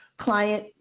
client